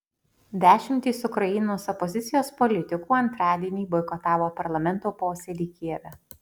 dešimtys ukrainos opozicijos politikų antradienį boikotavo parlamento posėdį kijeve